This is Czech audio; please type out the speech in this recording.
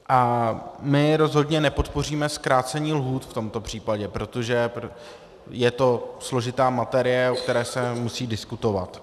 A my rozhodně nepodpoříme zkrácení lhůt v tomto případě, protože je to složitá materie, o které se musí diskutovat.